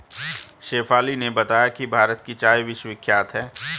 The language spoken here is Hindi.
शेफाली ने बताया कि भारत की चाय विश्वविख्यात है